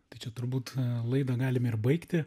tai čia turbūt laidą galim ir baigti